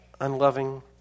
unloving